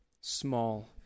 small